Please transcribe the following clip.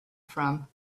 from